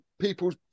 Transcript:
people's